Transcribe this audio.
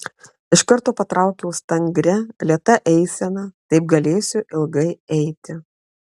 iš karto patraukiau stangria lėta eisena taip galėsiu ilgai eiti